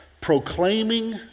Proclaiming